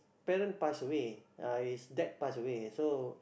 parent pass away uh his dad pass away so